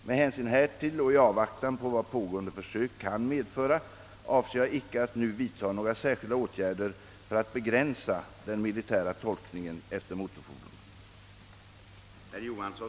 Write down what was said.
Med hänsyn härtill och i avvaktan på vad pågående försök kan medföra avser jag icke att nu vidta några särskilda åtgärder för att begränsa den militära tolkningen efter motorfordon.